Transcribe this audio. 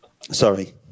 Sorry